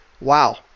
wow